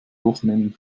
wochenenden